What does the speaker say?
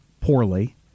poorly